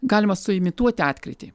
galima suimituoti atkrytį